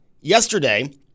Yesterday